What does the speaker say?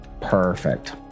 Perfect